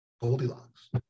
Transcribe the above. Goldilocks